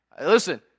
Listen